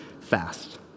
fast